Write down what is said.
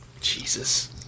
Jesus